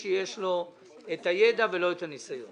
אדם שיש לו ניסיון עבר ואין לו ניגוד עניינים,